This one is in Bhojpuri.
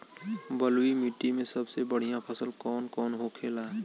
बलुई मिट्टी में सबसे बढ़ियां फसल कौन कौन होखेला?